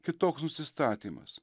kitoks nusistatymas